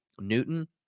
Newton